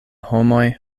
homoj